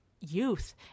youth